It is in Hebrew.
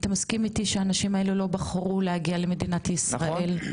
אתה מסכים איתי שהאנשים האלה לא בחרו להגיע למדינת ישראל?